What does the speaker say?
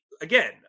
Again